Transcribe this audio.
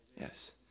Yes